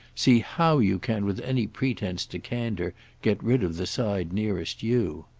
see how you can with any pretence to candour get rid of the side nearest you.